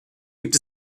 gibt